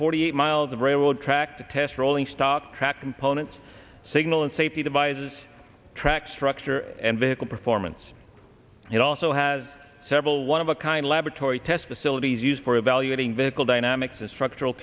forty eight miles of railroad track to test rolling stock track components signal and safety devices track structure and vehicle performance it also has several one of a kind laboratory test facility is used for evaluating vehicle dynamics and structural